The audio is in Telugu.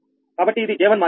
కాబట్టి ఇది J1 మాత్రిక